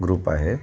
group आहे